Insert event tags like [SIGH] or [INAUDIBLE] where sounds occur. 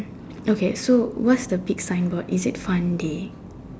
okay so what's the big signboard is it fun day [BREATH]